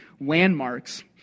landmarks